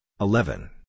eleven